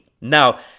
Now